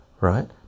right